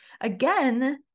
Again